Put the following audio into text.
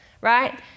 Right